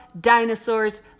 dinosaurs